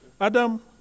Adam